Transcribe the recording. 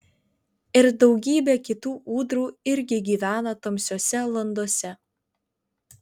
ir daugybė kitų ūdrų irgi gyvena tamsiose landose